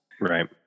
Right